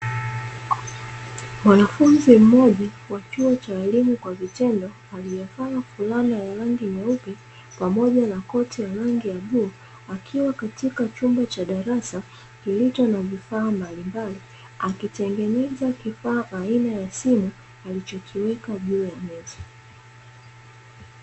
Mwnafunzi mmoja wa chuo cha walimu kwa vitendo aliyovaa fulana ya rangi nyeupe, pamoja na koti ya rangi ya bluu akiwa katika chumba cha darasa kilicho na vifaa mbalimbali akitengeneza kifaa aina ya simu alichokiweka juu ya meza.